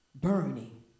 Burning